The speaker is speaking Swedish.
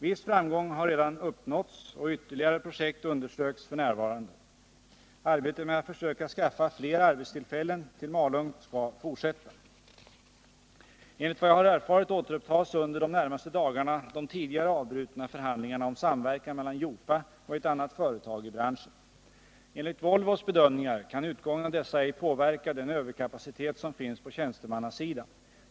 Viss framgång har redan uppnåtts och ytterligare projekt undersöks f. n. Arbetet med att försöka skaffa fler arbetstillfällen till Malung skall fortsätta. Enligt vad jag har erfarit återupptas under de närmaste dagarna de tidigare avbrutna förhandlingarna om samverkan mellan Jofa och ett annat företag i branschen. Enligt Volvos bedömningar kan utgången av dessa ej påverka den överkapacitet som finns på tjänstemannasidan.